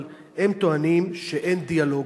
אבל הם טוענים שאין דיאלוג,